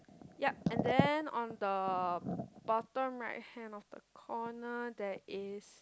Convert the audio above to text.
ya and then on the bottom right hand of the corner there is